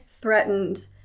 threatened